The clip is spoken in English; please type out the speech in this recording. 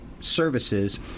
Services